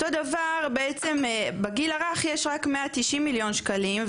אותו דבר בעצם בגיל הרך יש רק 190 מיליון שקלים,